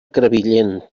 crevillent